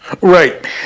Right